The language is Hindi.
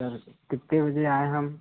सर कितने बजे आएँ हम